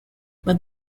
but